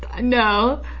No